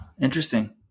Interesting